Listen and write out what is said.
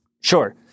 Sure